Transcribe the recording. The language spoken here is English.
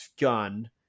gun